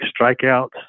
strikeouts